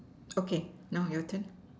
okay now your turn